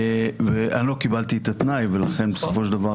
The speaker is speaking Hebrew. לא קיבלתי את התנאי ולכן בסופו של דבר